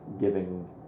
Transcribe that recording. giving